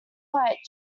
quite